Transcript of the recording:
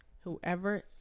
Whoever